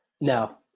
No